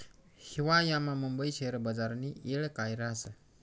हिवायामा मुंबई शेयर बजारनी येळ काय राहस